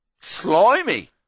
slimy